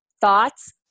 thoughts